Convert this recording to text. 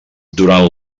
durant